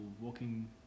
walking